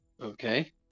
Okay